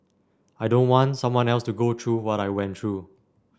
I don't want someone else to go through what I went through